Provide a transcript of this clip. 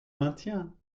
maintiens